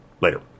Later